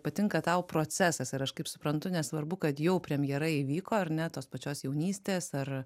patinka tau procesas ir aš kaip suprantu nesvarbu kad jau premjera įvyko ar ne tos pačios jaunystės ar